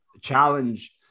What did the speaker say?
challenge